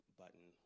button